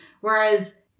whereas